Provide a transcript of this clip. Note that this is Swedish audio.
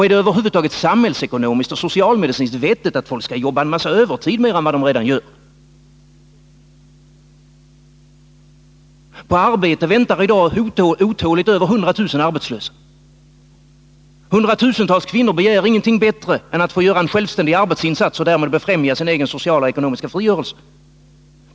Är det över huvud taget samhällsekonomiskt och socialmedicinskt vettigt att människor skall jobba en massa mer övertid än de redan gör? Över 100 000 arbetslösa väntar i dag otåligt på arbete. Hundratusentals kvinnor begär ingenting bättre än att få göra en självständig arbetsinsats och därmed befrämja sin egen sociala och ekonomiska frigörelse.